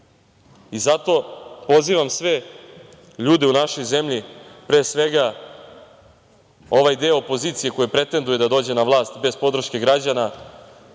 pozivam sve ljude u našoj zemlji, pre svega ovaj deo opozicije koji pretenduje da dođe na vlast bez podrške građana,